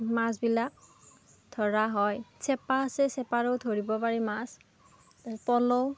মাছবিলাক ধৰা হয় চেপা আছে চেপাৰেও ধৰিব পাৰি মাছ পল